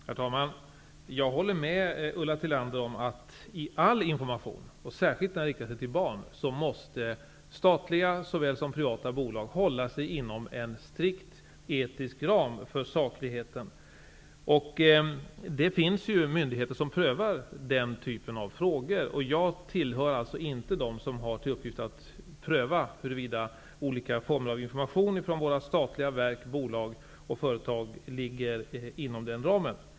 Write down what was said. Herr talman! Jag håller med Ulla Tillander om att såväl statliga som privata bolag i all information -- särskilt när den är riktad till barn -- måste hålla sig inom en strikt etisk ram för sakligheten. Det finns ju myndigheter som prövar denna typ av frågor. Jag tillhör inte dem som har till uppgift att pröva huruvida olika former av information från våra statliga verk, bolag och företag ligger inom denna etiska ram.